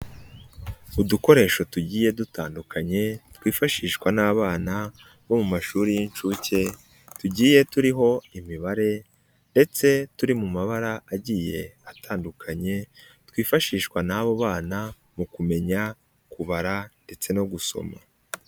Udukoresho tugiye dutandukanye twifashishwa n'abana bo mu mashuri y'inshuke tugiye turiho imibare ndetse turi mu mabara agiye atandukanye twifashishwa n'abo bana mu kumenya kubara ndetse no gusoma.